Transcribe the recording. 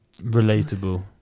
relatable